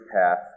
path